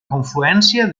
confluència